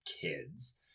kids